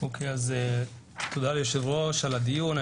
תודה ליושב-ראש על הדיון.